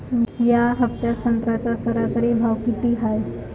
या हफ्त्यात संत्र्याचा सरासरी भाव किती हाये?